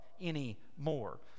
anymore